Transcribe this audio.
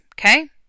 Okay